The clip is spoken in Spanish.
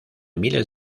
miles